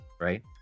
right